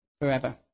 forever